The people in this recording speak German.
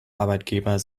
arbeitgeber